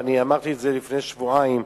ואני אמרתי את זה לפני שבועיים,